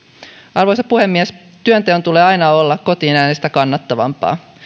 arvoisa puhemies työnteon tulee aina olla kotiin jäämistä kannattavampaa